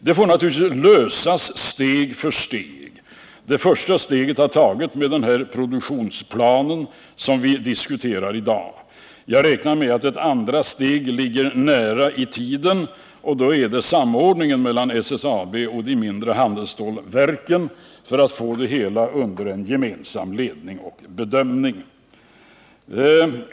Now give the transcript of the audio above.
Det får naturligtvis lösas steg för steg. Första steget togs med den här produktionsplanen som vi diskuterar i dag. Jag räknar med att ett andra steg ligger nära i tiden, nämligen samordningen mellan SSAB och de mindre handelsstålverken för att få det hela under en gemensam ledning och bedömning.